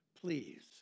Please